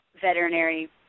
veterinary